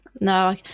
no